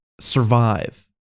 survive